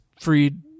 freed